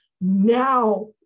Now